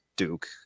Duke